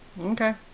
Okay